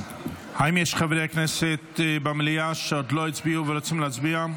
האם יש חברי כנסת במליאה שעוד לא הצביעו ורוצים להצביע?